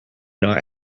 not